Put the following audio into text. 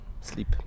Sleep